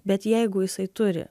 bet jeigu jisai turi